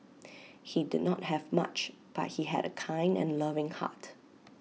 he did not have much but he had A kind and loving heart